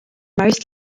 most